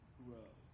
grow